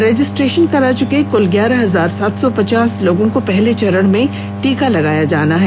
registration करा चुके कुल ग्यारह हजार सात सौ पचास लोगों को पहले चरण में टीका लगाया जाएगा